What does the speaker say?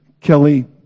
Kelly